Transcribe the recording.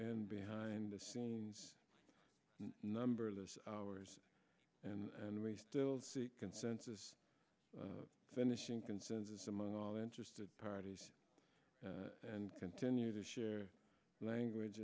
and behind the scenes numberless hours and we still seek consensus finishing consensus among all interested parties and continue to share language